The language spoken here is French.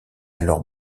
alors